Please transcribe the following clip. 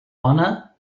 honor